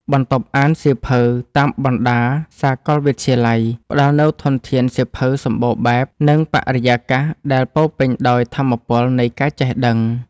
បន្ទប់អានសៀវភៅតាមបណ្ដាសាកលវិទ្យាល័យ ផ្ដល់នូវធនធានសៀវភៅសម្បូរបែប និងបរិយាកាសដែលពោរពេញដោយថាមពលនៃការចេះដឹង។